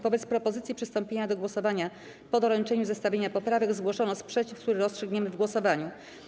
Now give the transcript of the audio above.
Wobec propozycji przystąpienia do głosowania po doręczeniu zestawienia poprawek zgłoszono sprzeciw, który rozstrzygniemy w głosowaniu.